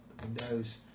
windows